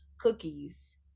cookies